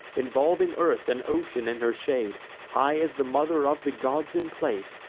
involving earth and ocean in her shade high as the mother of the gods in place,